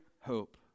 hope